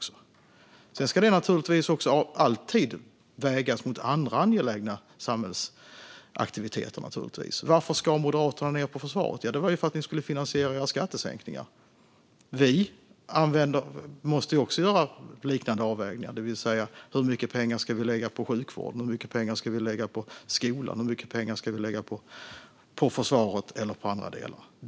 Sedan ska man naturligtvis alltid väga det mot andra angelägna samhällsaktiviteter. Varför skar Moderaterna ned på försvaret? Jo, det var för att ni skulle finansiera era skattesänkningar. Vi måste göra liknande avvägningar och se hur mycket pengar vi ska lägga på sjukvården, skolan, försvaret och andra delar.